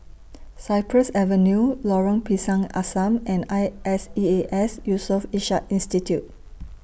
Cypress Avenue Lorong Pisang Asam and I S E A S Yusof Ishak Institute